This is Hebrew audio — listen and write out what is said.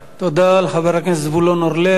תודה לחבר הכנסת זבולון אורלב.